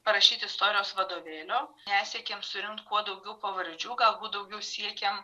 parašyt istorijos vadovėlio nesiekėm surinkt kuo daugiau pavardžių galbūt daugiau siekiam